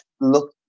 look